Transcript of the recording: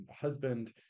husband